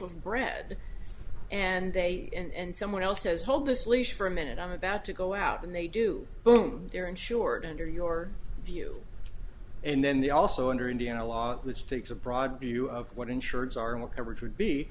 of bread and they and someone else says hold this leash for a minute i'm about to go out and they do boom they're insured under your view and then they also under indiana law which takes a broad view of what insurance are in the coverage would be